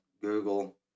Google